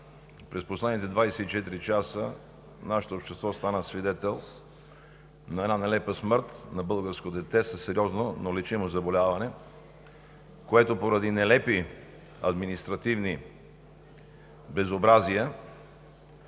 През последните 24 часа нашето общество стана свидетел на една нелепа смърт на българско дете със сериозно, но лечимо заболяване, което поради нелепи административни безобразия